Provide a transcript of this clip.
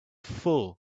full